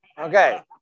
okay